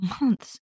months